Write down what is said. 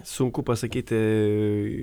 sunku pasakyti